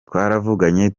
twaravuganye